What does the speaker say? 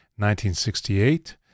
1968